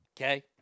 okay